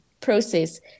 process